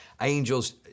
Angels